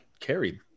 Carried